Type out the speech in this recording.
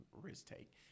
risk-take